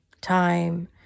time